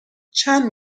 چند